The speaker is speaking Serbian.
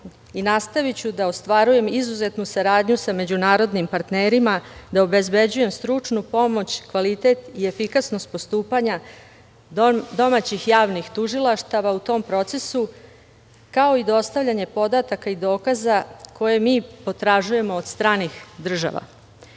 i nastaviću da ostvarujem izuzetnu saradnju sa međunarodnim partnerima, da obezbeđujem stručnu pomoć, kvalitet i efikasnost postupanja domaćih javnih tužilaštava u tom procesu, kao i dostavljanje podataka i dokaza koje mi potražujemo od stranih država. Iako